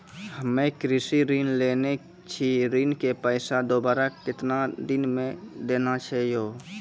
हम्मे कृषि ऋण लेने छी ऋण के पैसा दोबारा कितना दिन मे देना छै यो?